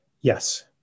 Yes